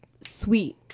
sweet